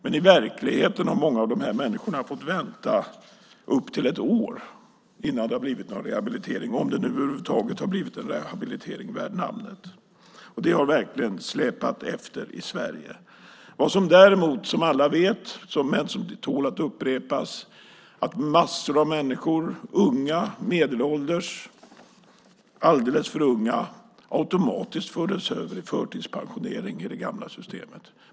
I verkligheten har många av dessa människor fått vänta upp till ett år innan det har blivit någon rehabilitering, om det över huvud taget har blivit någon rehabilitering värd namnet. Det har verkligen släpat efter i Sverige. Som alla vet, men det tål att upprepas, fördes massor av människor - unga, alldeles för unga, och medelålders - automatiskt över i förtidspensionering i det gamla systemet.